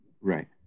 Right